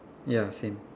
ya same